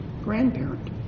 grandparent